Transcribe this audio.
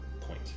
point